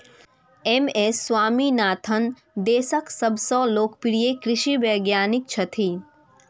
M S Swaminathan देशक सबसं लोकप्रिय कृषि वैज्ञानिक छथि